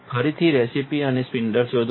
ફરીથી રિસેસ અને સ્પિન્ડલ શોધો